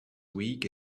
week